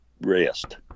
rest